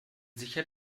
sicher